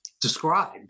described